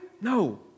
No